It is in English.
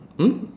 mm